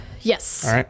Yes